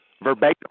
verbatim